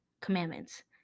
commandments